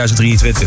2023